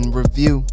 review